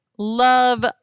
love